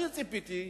אני ציפיתי,